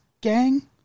gang